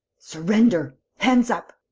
surrender. hands up.